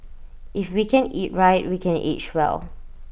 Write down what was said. if we can eat right we can age well